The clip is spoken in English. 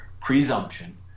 presumption